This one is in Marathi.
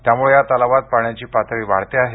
त्यामुळे या तलावांत पाण्याची पातळी वाढते आहे